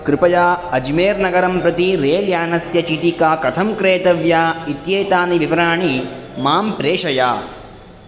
कृपया अज्मेर्नगरं प्रति रेल्यानस्य चीटिका कथं क्रेतव्या इत्येतानि विवरणानि मां प्रेषय